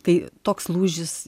tai toks lūžis